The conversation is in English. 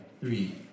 Three